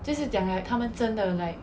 就是讲 like 他们真的 like